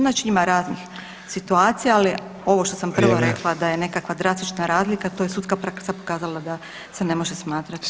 Znači, ima raznih situacija, ali ovo što sam prvo rekla da je nekakva drastična razlika to je sudska praksa pokazala da se ne može smatrati da